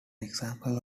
example